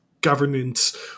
governance